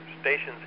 stations